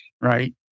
Right